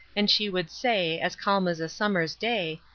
and she would say, as calm as a summer's day,